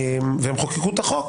והם חוקקו את החוק